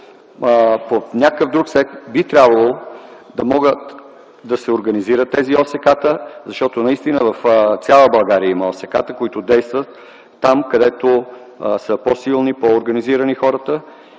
под някакъв друг текст би трябвало да могат да се организират тези ОСК-та. Защото наистина в цяла България има ОСК-та, които действат там, където са по-силни и по-организирани хората